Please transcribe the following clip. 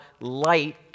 light